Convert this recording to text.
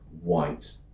white